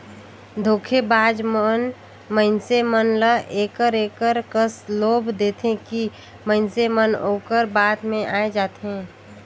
धोखेबाज मन मइनसे मन ल एकर एकर कस लोभ देथे कि मइनसे मन ओकर बात में आए जाथें